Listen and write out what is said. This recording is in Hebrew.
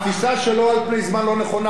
התפיסה שלו על פני זמן לא נכונה,